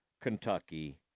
Kentucky